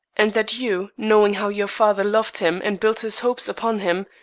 and that you, knowing how your father loved him and built his hopes upon him,